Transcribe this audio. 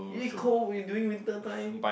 eat cold when during winter time